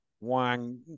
wang